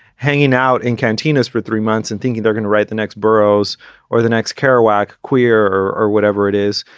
hanging out in cantinas for three months and thinking they're going to write the next burrowes or the next kerouac queer or whatever it is.